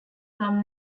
from